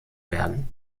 werden